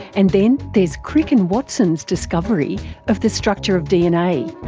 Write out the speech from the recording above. and then there's crick and watson's discovery of the structure of dna.